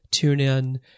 TuneIn